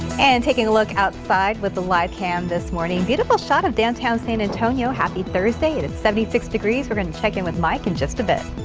and taking a look outside with the live cam this morning beautiful shot of downtown san and yeah happy thursday, it's seventy six degrees. we'll check in with mike in just a bit.